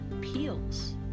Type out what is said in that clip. peels